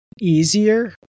easier